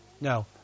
No